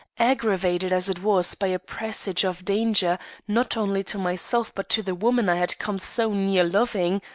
aggravated as it was by a presage of danger not only to myself but to the woman i had come so near loving,